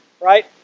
Right